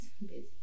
busy